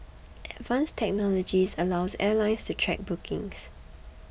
advanced technology allows airlines to track bookings